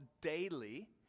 daily